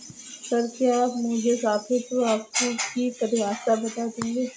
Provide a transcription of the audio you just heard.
Sir, क्या आप मुझे सापेक्ष वापसी की परिभाषा बता देंगे?